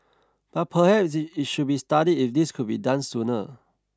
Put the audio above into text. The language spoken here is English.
but perhaps it should be studied if this could be done sooner